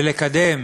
ולקדם